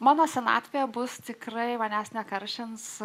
mano senatvė bus tikrai manęs ne karšins